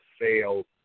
sales